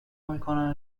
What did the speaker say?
میکنن